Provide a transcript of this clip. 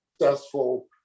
successful